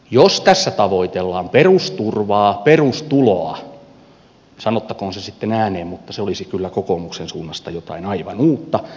jos tässä tavoitellaan perusturvaa perustuloa sanottakoon se sitten ääneen mutta se olisi kyllä kokoomuksen suunnasta jotain aivan uutta